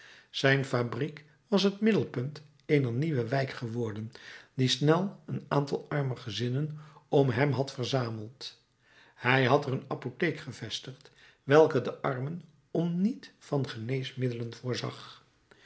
zijn fabriek was het middelpunt eener nieuwe wijk geworden die snel een aantal arme gezinnen om hem had verzameld hij had er een apotheek gevestigd welke de armen om niet van geneesmiddelen voorzag